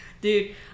Dude